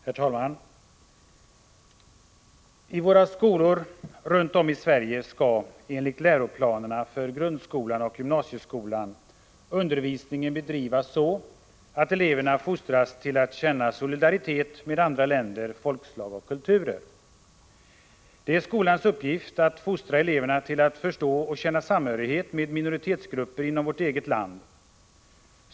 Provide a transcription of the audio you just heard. Herr talman! I våra skolor runt om i Sverige skall — enligt läroplanerna för grundskolan och gymnasieskolan — undervisningen bedrivas så, att eleverna fostras till att känna solidaritet med andra länder, folkslag och kulturer. Det är skolans uppgift att fostra eleverna till att förstå och att känna samhörighet med minoritetsgrupper inom vårt eget land.